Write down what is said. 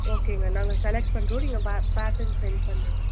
ஓகேங்க நாங்கள் செலக்ட் பண்ணுறோம் நீங்கள் பேட்டர்ன் சென்ட் பண்ணுங்கள்